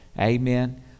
Amen